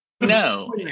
No